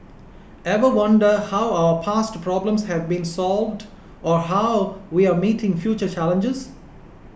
ever wonder how our past problems have been solved or how we are meeting future challenges